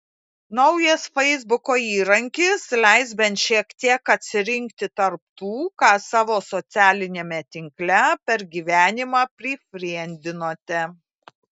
naujas feisbuko įrankis leis bent šiek tiek atsirinkti tarp tų ką savo socialiniame tinkle per gyvenimą prifriendinote